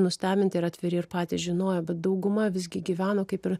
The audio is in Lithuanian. nustebinti ir atviri ir patys žinojo bet dauguma visgi gyveno kaip ir